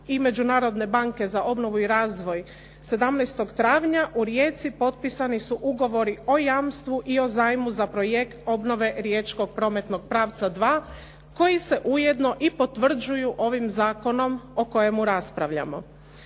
i Međunarodne banke za obnovu i razvoj 17. travnja u Rijeci potpisani su ugovori o jamstvu i o zajmu za projekt obnove Riječkog prometnog pravca 2 koji se ujedno i potvrđuju ovim zakonom o kojemu raspravljamo.